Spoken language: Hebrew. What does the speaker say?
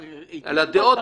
אני אתייחס, אני אתייחס,